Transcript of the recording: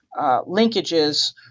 linkages